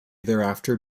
thereafter